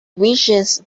wishes